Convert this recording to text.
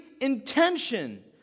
intention